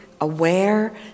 aware